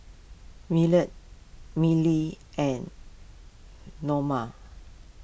Millie and Neoma